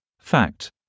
Fact